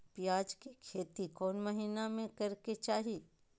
प्याज के खेती कौन महीना में करेके चाही?